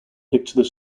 picture